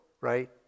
right